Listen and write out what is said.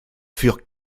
furent